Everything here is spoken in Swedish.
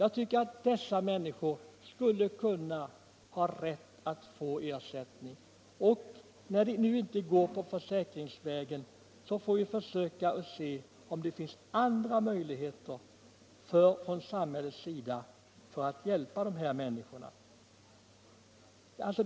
Jag tycker att dessa människor skulle kunna ha rätt till att få ersättning, och när det nu inte går på försäkringsvägen får vi försöka se om det finns andra möjligheter för samhället att hjälpa de här manniskorna.